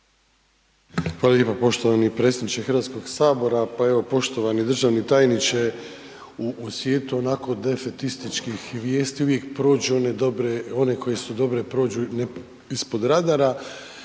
Hvala lijepa poštovani predsjedniče HS. Pa evo, poštovani državni tajniče, u svijetu onako defetističkih vijesti uvijek prođu one dobre, one koje su dobre prođu ispod radara